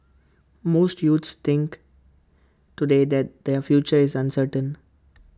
most youths think today that their future is uncertain